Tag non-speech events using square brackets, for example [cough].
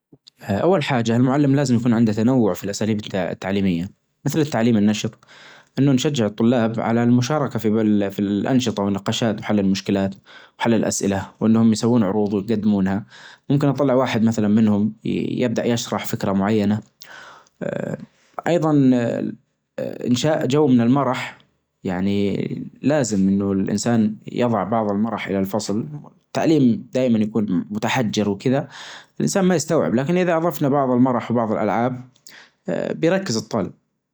طيب أول حاچة تفصل الكهربا لسلامتك طبعا، ممكن تفصل العداد الرئيسى نفسه أو تفصل فقط المكبس حج ال-نفس ال-اللمبة، [hesitation] ثمن تبدأ تفك اللمبة الجديمة [hesitation] بس توخى الحذر لأنك طبعا بتكون على سلم أو على حاچة مرتفعة، أنتبه لا تطيح، أثمن تچيب اللمبة الجديدة تركبها محل الجديمة تأكد أنك مركبها زين، ثمن تبدأ تشغل ال-الكهربا الرئيسي ثم بعدها [unintelligible] الفرعى.